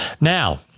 Now